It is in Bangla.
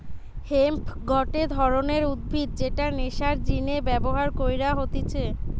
হেম্প গটে ধরণের উদ্ভিদ যেটা নেশার জিনে ব্যবহার কইরা হতিছে